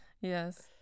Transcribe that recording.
Yes